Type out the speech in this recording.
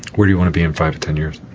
where do you want to be in five to ten years?